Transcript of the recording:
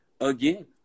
again